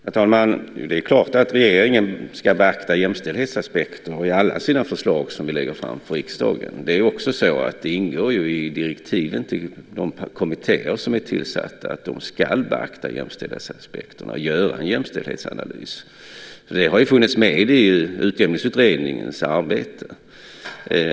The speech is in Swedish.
Herr talman! Det är klart att regeringen ska beakta jämställdhetsaspekter i alla de förslag som vi lägger fram för riksdagen. Det ingår också i direktiven till de kommittéer som är tillsatta att de ska beakta jämställdhetsaspekterna och göra jämställdhetsanalys. Det har funnits med i Utjämningsutredningens arbete.